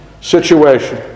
situation